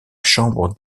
chambre